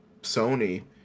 Sony